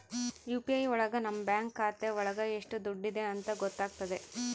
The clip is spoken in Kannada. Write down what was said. ಯು.ಪಿ.ಐ ಒಳಗ ನಮ್ ಬ್ಯಾಂಕ್ ಖಾತೆ ಒಳಗ ಎಷ್ಟ್ ದುಡ್ಡಿದೆ ಅಂತ ಗೊತ್ತಾಗ್ತದೆ